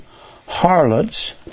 harlots